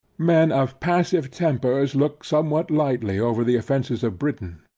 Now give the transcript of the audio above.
men of passive tempers look somewhat lightly over the offences of britain,